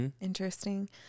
Interesting